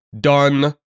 done